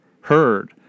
heard